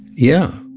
yeah.